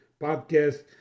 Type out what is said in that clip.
podcast